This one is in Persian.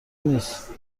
نیست